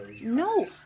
No